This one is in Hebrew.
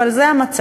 אבל זה המצב.